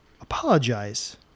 apologize